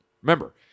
Remember